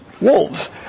wolves